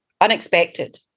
unexpected